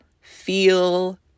feel